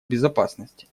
безопасности